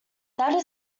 that